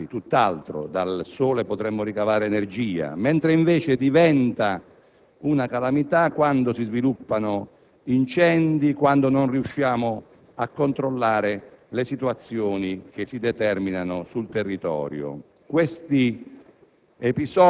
anzi, tutt'altro, dal sole potremmo ricavare energia; ma diventa una calamità quando si sviluppano incendi, quando non riusciamo a controllare le situazioni che si determinano sul territorio. Ormai